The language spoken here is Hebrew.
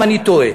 אם אני טועה,